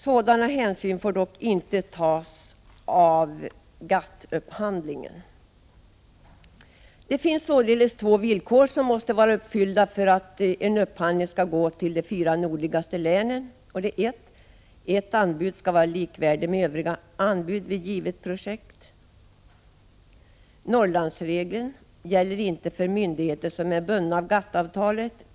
Sådana hänsyn får dock inte tas av GATT-upphandling. Det finns således två villkor som måste vara uppfyllda för att en upphandling skall gå till de fyra nordligaste länen. För det första skall ett anbud vara likvärdigt med övriga anbud vid givet projekt. För det andra gäller inte Norrlandsregeln för myndigheter som är bundna av GATT-avtalet.